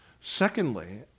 Secondly